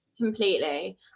Completely